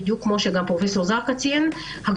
כמו שציין פרופ' זרקא,